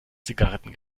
zigaretten